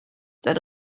that